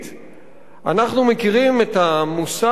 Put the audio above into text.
אנחנו מכירים את המושג המשונה,